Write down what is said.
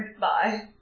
Bye